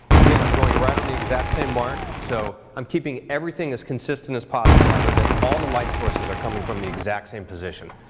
i'm going right on the exact same mark so i'm keeping everything as consistent as possible, i know that all the light sources are coming from the exact same position.